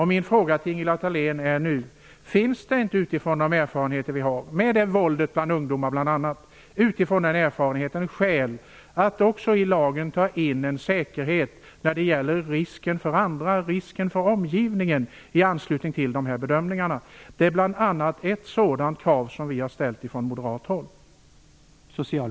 Min fråga till Ingela Thalén är nu: Finns det inte, utifrån de erfarenheter av våld bland bl.a. ungdomar, skäl att också i lagen ta hänsyn till risken för omgivningen i anslutning till dessa bedömningar? Det är bl.a. ett sådant krav som vi har ställt ifrån moderat håll.